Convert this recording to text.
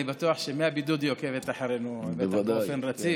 אני בטוח שמהבידוד היא עוקבת אחרינו באופן רציף.